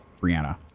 Brianna